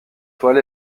toile